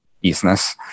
business